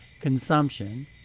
Consumption